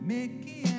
Mickey